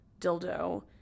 dildo